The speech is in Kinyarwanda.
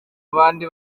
abandi